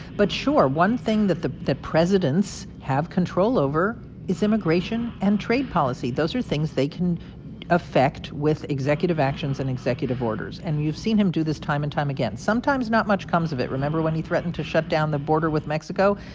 but sure, one thing that presidents have control over is immigration and trade policy. those are things they can affect with executive actions and executive orders. and you've seen him do this time and time again. sometimes not much comes of it. remember when he threatened to shut down the border with mexico?